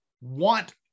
want